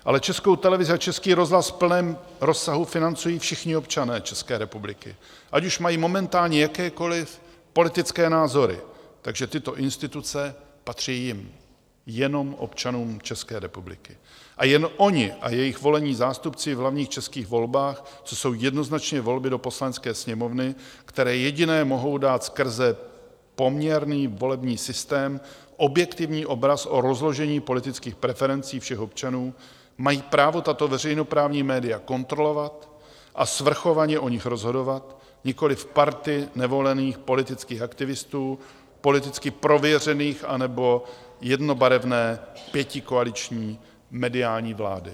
Ale Českou televizi a Český rozhlas v plném rozsahu financují všichni občané České republiky, ať už mají momentálně jakékoliv politické názory, takže tyto instituce patří jim, jenom občanům České republiky, a jen oni a jejich volení zástupci v hlavních českých volbách, což jsou jednoznačně volby do Poslanecké sněmovny, které jediné mohou dát skrze poměrný volební systém objektivní obraz o rozložení politických preferencí všech občanů, mají právo tato veřejnoprávní média kontrolovat a svrchovaně o nich rozhodovat, nikoliv party nevolených politických aktivistů, politicky prověřených anebo jednobarevné pětikoaliční mediální vlády.